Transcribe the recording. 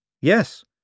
Yes